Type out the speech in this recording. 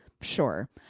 sure